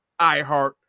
iheart